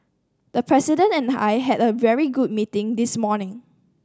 the President and I had a very good meeting this morning